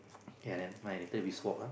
okay lah never mind later we swap ah